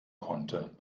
konnte